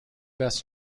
best